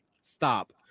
stop